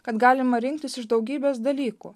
kad galima rinktis iš daugybės dalykų